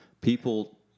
people